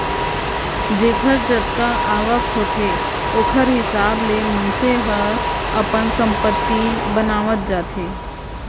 जेखर जतका आवक होथे ओखर हिसाब ले मनखे ह अपन संपत्ति बनावत जाथे